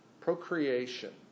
Procreation